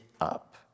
up